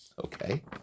Okay